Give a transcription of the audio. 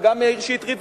וגם מאיר שטרית,